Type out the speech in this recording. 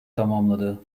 tamamladı